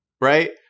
Right